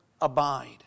abide